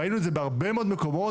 ראינו את זה בהרבה מאוד מקומות,